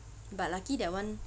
but lucky that [one]